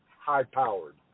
high-powered